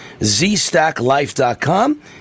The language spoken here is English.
Zstacklife.com